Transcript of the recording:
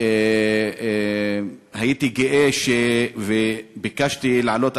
והייתי גאה וביקשתי לעלות,